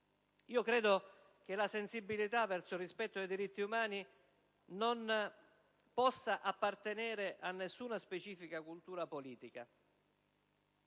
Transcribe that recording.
Credo che la sensibilità verso il rispetto dei diritti umani non possa appartenere a nessuna specifica cultura politica.